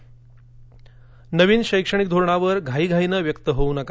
शिक्षण नवीन शैक्षणिक धोरणावर घाई घाईनं व्यक्त होऊ नका